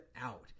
out